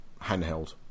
handheld